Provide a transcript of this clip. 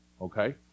Okay